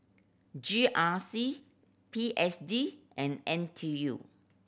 G R C P S D and N T U